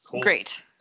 great